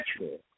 natural